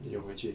你有回去